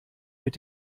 mit